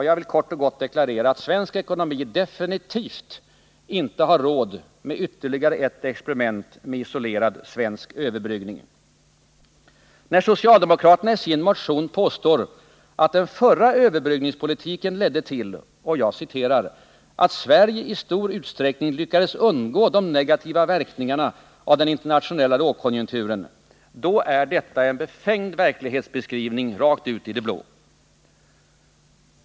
Jag vill kort och gott deklarera att svensk ekonomi definitivt inte har råd med ytterligare ett experiment med isolerad svensk överbryggning. När socialdemokraterna i sin motion påstår att den förra överbryggningspolitiken ledde till ”att Sverige i stor utsträckning lyckades undgå de negativa verkningarna av den internationella lågkonjunkturen” är detta en befängd verklighetsbeskrivning rakt ut i det blå.